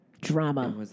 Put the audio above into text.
drama